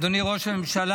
אדוני ראש הממשלה,